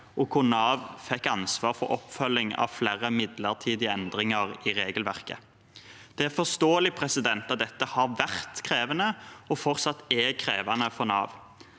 hvor Nav fikk ansvar for oppfølging av flere midlertidige endringer i regelverket. Det er forståelig at dette har vært krevende, og fortsatt er krevende, for Nav.